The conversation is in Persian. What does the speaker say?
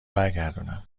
برگردونم